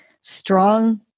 strong